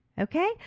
Okay